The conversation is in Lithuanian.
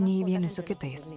nei vieni su kitais